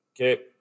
Okay